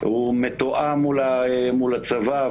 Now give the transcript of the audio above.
הוא מתואם מול הצבא,